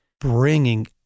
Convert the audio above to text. bringing